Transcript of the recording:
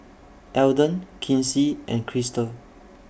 Alden Kinsey and Krystle